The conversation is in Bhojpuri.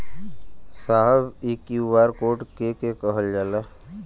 साहब इ क्यू.आर कोड के के कहल जाला?